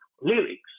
lyrics